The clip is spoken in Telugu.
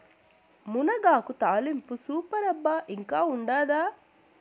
మునగాకు తాలింపు సూపర్ అబ్బా ఇంకా ఉండాదా